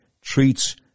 Treats